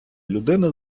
людина